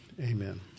Amen